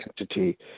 entity